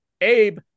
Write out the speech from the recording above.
Abe